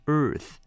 earth